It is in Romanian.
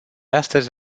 astăzi